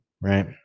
right